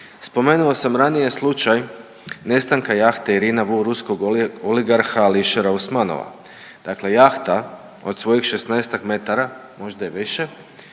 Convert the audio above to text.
Spomenuo sam ranije slučaj nestanka jahte „Irina VU“ ruskog oligarha Ališera Usmanova, dakle jahta od svojih 16-tak metara, možda i više,